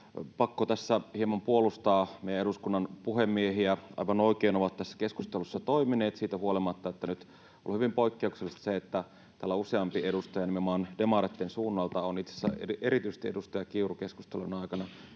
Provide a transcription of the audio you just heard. pakko tässä hieman puolustaa meidän eduskunnan puhemiehiä. He ovat aivan oikein tässä keskustelussa toimineet siitä huolimatta, että nyt on ollut hyvin poikkeuksellista, että täällä useampi edustaja nimenomaan demareitten suunnalta on — itse asiassa erityisesti edustaja Kiuru — keskustelun aikana